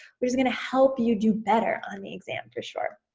where it's gonna help you do better on the exam for sure,